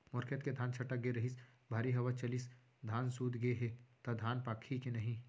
मोर खेत के धान छटक गे रहीस, भारी हवा चलिस, धान सूत गे हे, त धान पाकही के नहीं?